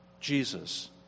Jesus